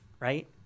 Right